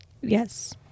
yes